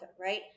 right